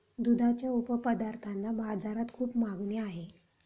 दुधाच्या उपपदार्थांना बाजारात खूप मागणी आहे